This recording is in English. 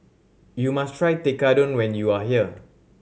you must try Tekkadon when you are here